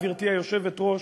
גברתי היושבת-ראש,